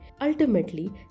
ultimately